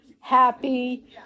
happy